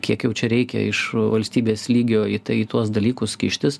kiek jau čia reikia iš valstybės lygio į tai tuos dalykus kištis